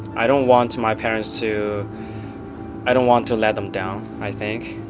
i don't want to my parents to i don't want to let them down, i think.